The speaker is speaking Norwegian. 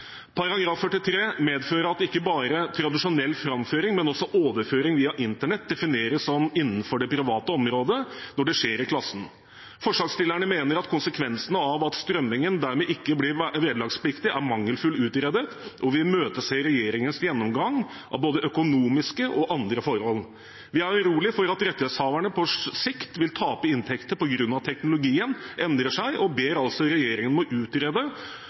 Paragraf 43 medfører at ikke bare tradisjonell framføring, men også overføring via internett defineres å være innenfor det private området når det skjer i klassen. Forslagsstillerne mener at konsekvensene av at strømmingen dermed ikke blir vederlagspliktig, er mangelfullt utredet, og vi imøteser regjeringens gjennomgang av både økonomiske og andre forhold. Vi er urolige for at rettighetshaverne på sikt vil tape inntekter på grunn av at teknologien endrer seg, og ber regjeringen om å utrede